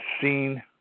seen